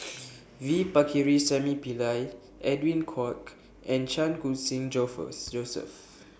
V Pakirisamy Pillai Edwin Koek and Chan Khun Sing Joseph